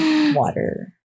water